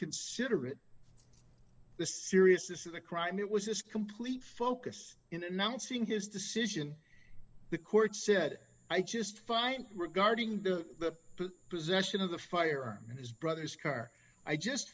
considerate the seriousness of the crime it was this complete focus in announcing his decision the court said i just find regarding the possession of the fire in his brother's car i just